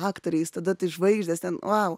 aktoriais tada tai žvaigždės ten vau